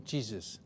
Jesus